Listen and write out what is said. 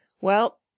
Well